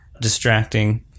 distracting